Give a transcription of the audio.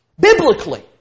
Biblically